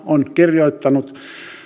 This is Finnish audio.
on kirjoittanut